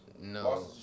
No